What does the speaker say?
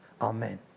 amen